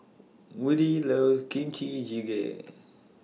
Woodie loves Kimchi Jjigae